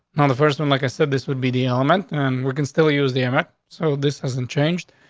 now, the first one, like i said, this would be the element. and we can still use the mm. so this hasn't changed.